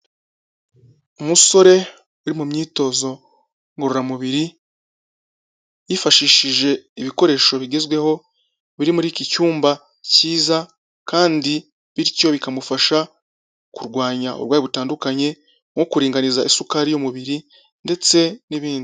Umusore uri mu myitozo ngororamubiri, yifashishije ibikoresho bigezweho biri muri iki cyumba cyiza kandi bityo bikamufasha kurwanya uburwayi butandukanye, nko kuringaniza isukari y'umubiri ndetse n'ibindi.